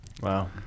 Wow